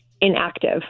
inactive